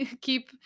keep